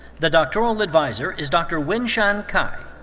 the doctoral adviser is dr. wen shan kai.